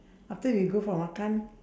after we go for makan